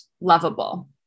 lovable